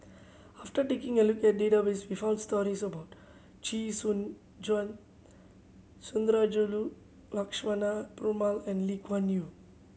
after taking a look at database we found stories about Chee Soon Juan Sundarajulu Lakshmana Perumal and Lee Kuan Yew